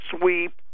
sweep